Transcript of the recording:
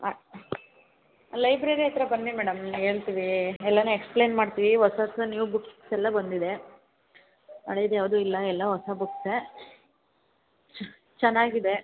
ಆ ಲೈಬ್ರರಿ ಹತ್ರ ಬನ್ನಿ ಮೇಡಮ್ ಹೇಳ್ತೀವಿ ಎಲ್ಲ ಎಕ್ಸ್ಪ್ಲೇನ್ ಮಾಡ್ತೀವಿ ಹೊಸ ಹೊಸ ನ್ಯೂ ಬುಕ್ಸ್ ಎಲ್ಲ ಬಂದಿದೆ ಹಳೇದು ಯಾವುದೂ ಇಲ್ಲ ಎಲ್ಲ ಹೊಸ ಬುಕ್ಸೆ ಚೆನ್ನಾಗಿದೆ